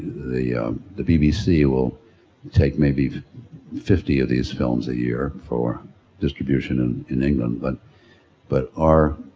the the bbc will take maybe fifty of these films a year for distribution and in england, but but our,